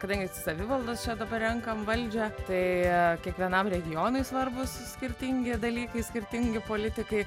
kadangi savivaldos čia dabar renkam valdžią tai kiekvienam regionui svarbūs skirtingi dalykai skirtingi politikai